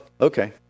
okay